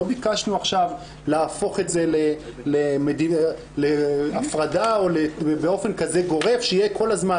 לא ביקשנו עכשיו להפוך את זה להפרדה באופן כזה גורף שיהיה כל הזמן.